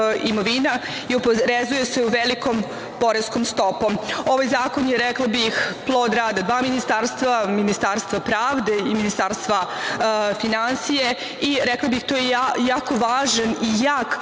imovina i oporezuje se velikom poreskom stopom. Ovaj zakon plod rada dva ministarstva, Ministarstva pravde i Ministarstva finansija i rekla bih da je to jako važan i jak